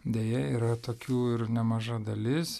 deja yra tokių ir nemaža dalis